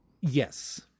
Yes